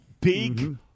big